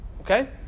Okay